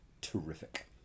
terrific